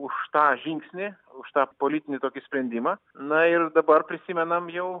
už tą žingsnį už tą politinį tokį sprendimą na ir dabar prisimenam jau